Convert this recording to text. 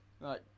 Right